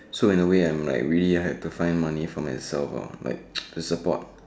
so and way I'm like really have to find money for myself ah like to support